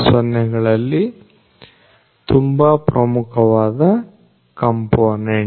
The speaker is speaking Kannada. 0 ಗಳಲ್ಲಿ ತುಂಬಾ ಪ್ರಮುಖವಾದ ಕಂಪೋನೆಂಟ್